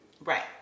Right